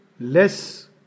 Less